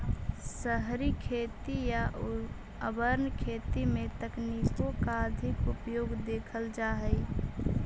शहरी खेती या अर्बन खेती में तकनीकों का अधिक उपयोग देखल जा हई